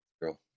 Girl